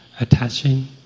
attaching